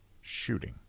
shooting